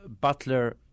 butler